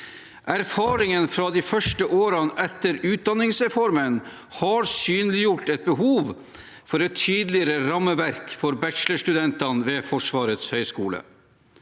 Erfaringene fra de første årene etter utdanningsreformen har synliggjort et behov for et tydeligere rammeverk for bachelorstudentene ved Forsvarets høgskole.